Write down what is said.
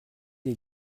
des